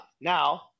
Now